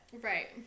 Right